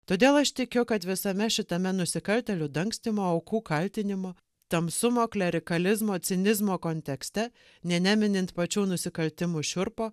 todėl aš tikiu kad visame šitame nusikaltėlių dangstymo aukų kaltinimo tamsumo klerikalizmo cinizmo kontekste nė neminint pačių nusikaltimų šiurpo